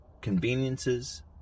conveniences